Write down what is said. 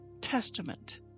Testament